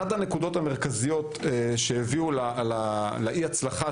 אחת הנקודות המרכזיות שהביאו לאי הצלחה